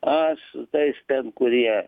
a su tais ten kurie